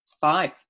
five